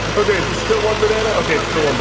okay, is it still one banana? okay, it's still one